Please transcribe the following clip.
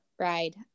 ride